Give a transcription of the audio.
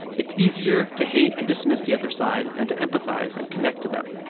it's easier to hate and dismiss the other side than to empathize and connect to them.